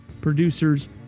producers